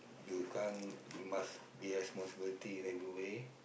you can't you must be responsibility in every way